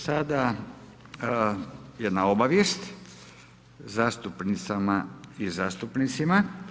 Sada jedna obavijest zastupnicama i zastupnicima.